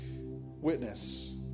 witness